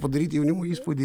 padaryti jaunimui įspūdį